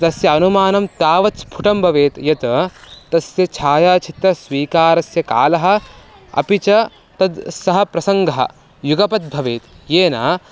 तस्य अनुमानं तावत् स्फुटं भवेत् यत् तस्य छायाचित्रस्वीकारस्य कालः अपि च तद् सः प्रसङ्गः युगपद्भवेत् येन